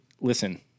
Listen